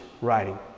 writing